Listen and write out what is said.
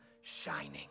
shining